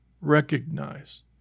recognize